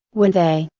would they,